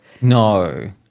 No